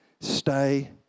Stay